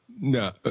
No